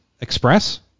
Express